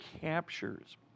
captures